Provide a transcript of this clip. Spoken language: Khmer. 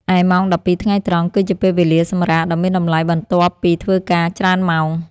ឯម៉ោងដប់ពីរថ្ងៃត្រង់ គឺជាពេលវេលាសម្រាកដ៏មានតម្លៃបន្ទាប់ពីធ្វើការច្រើនម៉ោង។